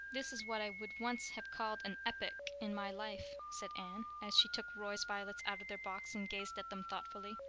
this is what i would once have called an epoch in my life, said anne, as she took roy's violets out of their box and gazed at them thoughtfully.